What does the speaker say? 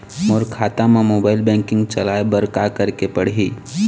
मोर खाता मा mobile banking चलाए बर का करेक पड़ही?